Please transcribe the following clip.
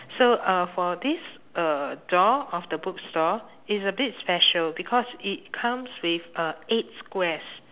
so uh for this uh door of the bookstore it's a bit special because it comes with uh eight squares